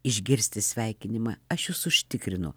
išgirsti sveikinimą aš jus užtikrinu